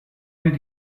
did